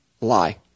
lie